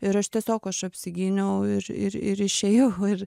ir aš tiesiog aš apsigyniau ir ir ir išėjau ir